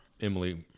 Emily